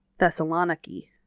thessaloniki